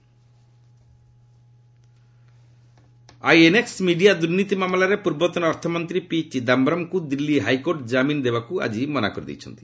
court Chidambaram INX media ଦୁର୍ନୀତି ମାମଲାରେ ପୂର୍ବତନ ଅର୍ଥମନ୍ତ୍ରୀ ପି ଚିଦାମ୍ବରମ୍ଙ୍କୁ ଦିଲ୍ଲୀ ହାଇକୋର୍ଟ କାମିନ୍ ଦେବାକୁ ଆଜି ମନା କରିଦେଇଛନ୍ତି